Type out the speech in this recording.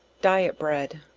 diet bread.